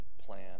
plan